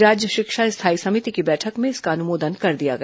राज्य शिक्षा स्थायी समिति की बैठक में इसका अनुमोदन कर दिया गया